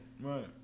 Right